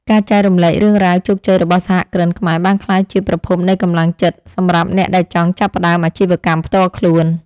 ការចែករំលែករឿងរ៉ាវជោគជ័យរបស់សហគ្រិនខ្មែរបានក្លាយជាប្រភពនៃកម្លាំងចិត្តសម្រាប់អ្នកដែលចង់ចាប់ផ្តើមអាជីវកម្មផ្ទាល់ខ្លួន។